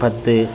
பத்து